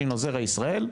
שהינו זרע ישראל.